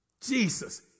Jesus